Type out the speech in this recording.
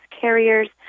carriers